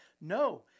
No